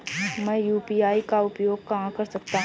मैं यू.पी.आई का उपयोग कहां कर सकता हूं?